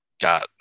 got